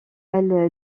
elle